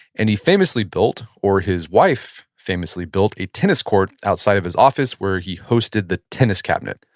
and he famously built or his wife famously built a tennis court outside of his office where he hosted the tennis cabinet.